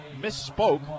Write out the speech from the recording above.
misspoke